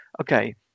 okay